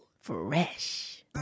Fresh